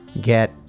get